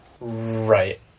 Right